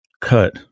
cut